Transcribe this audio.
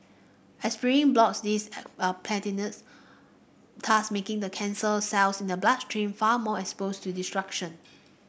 aspirin blocks these platelets thus making the cancer cells in the bloodstream far more exposed to destruction